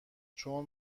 چون